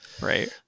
Right